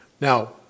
Now